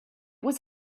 was